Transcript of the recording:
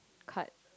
cut